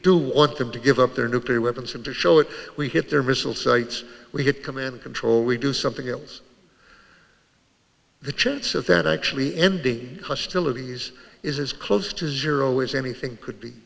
do want them to give up their nuclear weapons and to show that we hit their missile sites we get command control we do something else the chance of that actually ending hostilities is as close to zero as anything could be